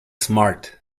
smart